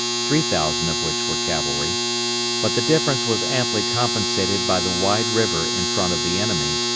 three thousand of which were cavalry but the difference was amply compensated by the wide river in front of the enemy,